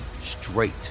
straight